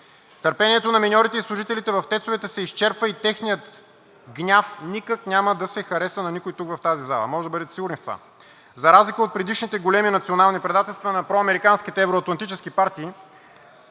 Търпението на миньорите и служителите в тецовете се изчерпа и техният гняв никак няма да се хареса на никого тук в тази зала. Можете да бъдете сигурни в това. За разлика от предишните големи национални предателства на проамериканските евро-атлантически партии,